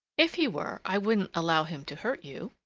if he were i wouldn't allow him to hurt you.